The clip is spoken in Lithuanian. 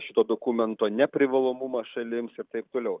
šito dokumento neprivalomumą šalims ir taip toliau